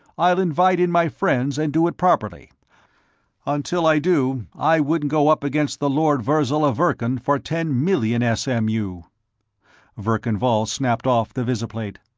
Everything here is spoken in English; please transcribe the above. i'll invite in my friends and do it properly until i do, i wouldn't go up against the lord virzal of verkan for ten million s m u verkan vall snapped off the visiplate.